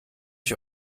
ich